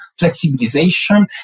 flexibilization